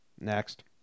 Next